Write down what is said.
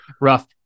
rough